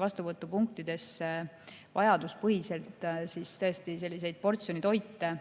vastuvõtupunktidesse vajaduspõhiselt tõesti selliseid portsjonitoite